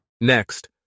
Next